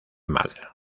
mal